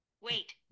wait